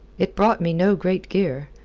it brought me no great gear,